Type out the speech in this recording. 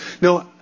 no